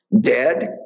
dead